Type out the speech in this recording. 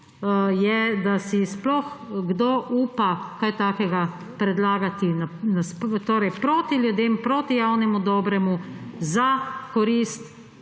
je, da si sploh kdo upa kaj takega predlagati: proti ljudem, proti javnemu dobremu v korist